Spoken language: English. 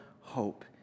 hope